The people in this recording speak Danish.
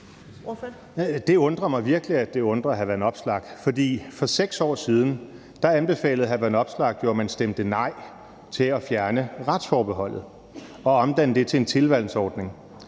Det undrer mig virkelig, at det undrer hr. Alex Vanopslagh, for for 6 år siden anbefalede hr. Alex Vanopslagh jo, at man stemte nej til at fjerne retsforbeholdet og omdanne det til en tilvalgsordning.